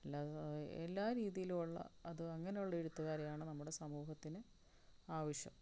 അല്ലാതെ എല്ലാ രീതിയിലുമുള്ള അത് അങ്ങനെയുള്ള എഴുത്തുകാരെയാണ് നമ്മുടെ സമൂഹത്തിന് ആവശ്യം